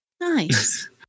nice